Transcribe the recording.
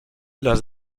las